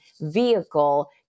vehicle